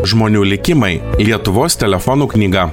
žmonių likimai lietuvos telefonų knyga